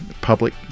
public